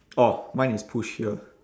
orh mine is push here